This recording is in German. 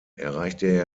erreichte